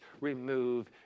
remove